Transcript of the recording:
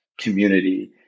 community